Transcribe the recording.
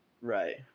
right